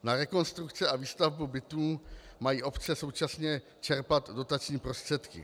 Na rekonstrukci a výstavbu bytů mají obce současně čerpat dotační prostředky.